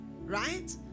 right